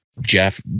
Jeff